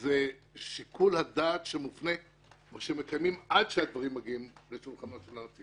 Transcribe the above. זה שיקול הדעת שמקיימים עד שהדברים מגיעים לשולחנו של הנציב.